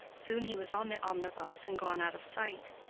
soon he was on the omnibus and gone out of sight.